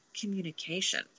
communication